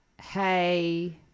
hey